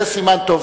זה סימן טוב.